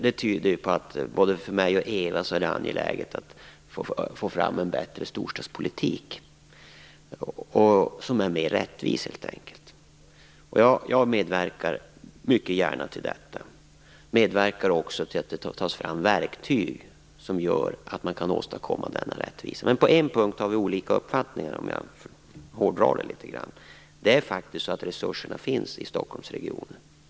Det tyder på att det både för mig och för Eva Johansson är angeläget att få fram en bättre och helt enkelt mer rättvis storstadspolitik. Jag medverkar mycket gärna till detta. Jag medverkar också till att det tas fram verktyg som gör att man kan åstadkomma denna rättvisa. På en punkt har vi dock - för att hårdra saken litet grand - olika uppfattningar. Det är faktiskt så att resurserna finns i Stockholmsregionen.